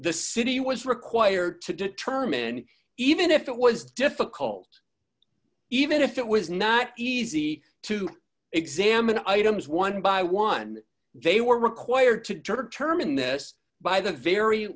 the city was required to determine even if it was difficult even if it was not easy to examine items one by one they were required to deter turman this by the very